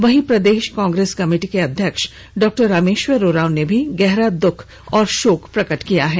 वहीं प्रदेश कांग्रेस कमेटी के अध्यक्ष डॉ रामेश्वर उरांव ने भी गहरा दुख एवं शोक प्रकट किया है